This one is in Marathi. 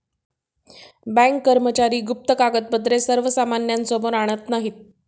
बँक कर्मचारी गुप्त कागदपत्रे सर्वसामान्यांसमोर आणत नाहीत